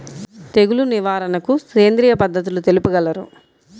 తెగులు నివారణకు సేంద్రియ పద్ధతులు తెలుపగలరు?